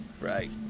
Right